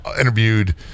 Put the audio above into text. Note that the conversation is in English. interviewed